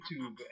YouTube